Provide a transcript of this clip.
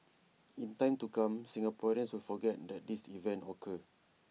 in time to come Singaporeans will forget that this event occur